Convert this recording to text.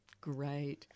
Great